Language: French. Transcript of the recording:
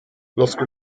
lorsque